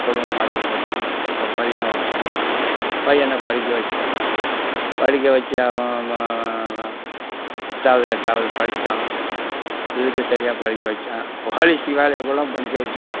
குடும்பம் பார்த்துக்கிட்டு இருந்தோம் பையன் ஒருத்தன் இருக்கிறான் பையனை படிக்க வைவச்சேன் படிக்க வைச்சேன் அவன் எட்டாவது படித்தான் இதுக்கு சரியாக படிக்க வைச்சேன் போலீஸு வேலையக்கூட படிக்க வைச்சேன்